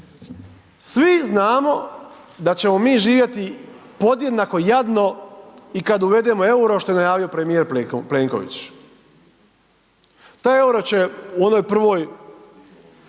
svi znamo da ćemo mi živjeti podjednako jadno i kad uvedemo EUR-o što je najavio premijer Plenković, taj EUR-o će u onom prvom